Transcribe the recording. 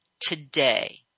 today